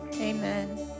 Amen